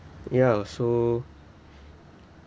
ya so